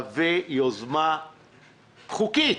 יוזמה חוקית,